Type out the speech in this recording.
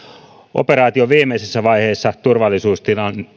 operaation viimeisessä vaiheessa turvallisuustilanne